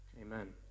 amen